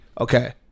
okay